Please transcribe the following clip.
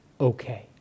okay